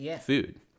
food